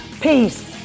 Peace